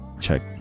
Check